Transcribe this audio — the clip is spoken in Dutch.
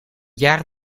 jaar